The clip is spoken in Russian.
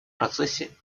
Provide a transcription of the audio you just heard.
процессе